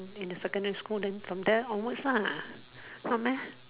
in the secondary school then from there onwards lah not meh